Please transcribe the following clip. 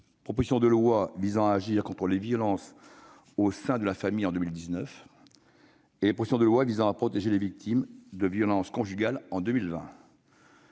proposition de loi visant à agir contre les violences au sein de la famille en 2019 ; proposition de loi visant à protéger les victimes de violences conjugales en 2020.